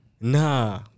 Nah